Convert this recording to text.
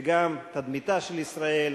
וגם תדמיתה של ישראל,